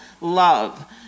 love